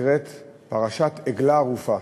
שנקראת פרשת עגלה ערופה.